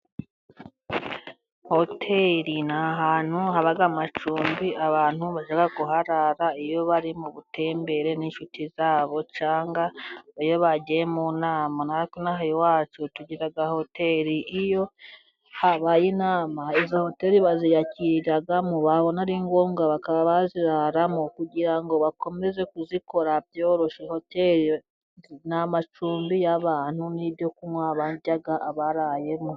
Hoteli ni ahantu habaga amacumbi, abantu bajya kuharara iyo bari mu butembere n'inshuti zabo, cyane iyo bagiye mu nama natwe inaha iwacu tugira hoteli, iyo habaye inama, izo hotel baziyakiriramo, babona ari ngombwa bakaba baziraramo, kugira ngo bakomeze kuzikora byoroshye, hotel ni amacumbi y'abantu n'ibyo kunywa barya, abarayemo.